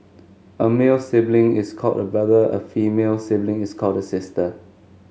a male sibling is called a brother a female sibling is called a sister